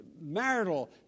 marital